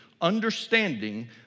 understanding